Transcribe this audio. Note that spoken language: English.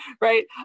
right